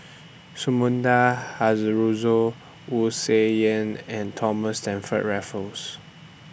Sumida Haruzo Wu Tsai Yen and Thomas Stamford Raffles